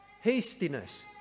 hastiness